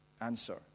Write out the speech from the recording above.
answer